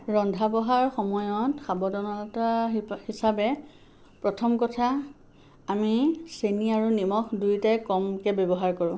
ৰন্ধা বঢ়াৰ সময়ত সাৱধানতা হিচাপে প্ৰথম কথা আমি চেনি আৰু নিমখ দুয়োটাই কমকৈ ব্যৱহাৰ কৰোঁ